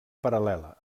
paral·lela